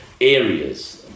areas